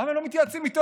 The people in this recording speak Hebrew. למה הם לא מתייעצים איתו?